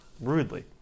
rudely